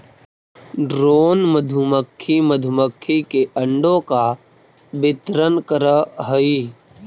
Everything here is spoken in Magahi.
ड्रोन मधुमक्खी मधुमक्खी के अंडों का वितरण करअ हई